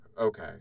Okay